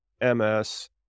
ms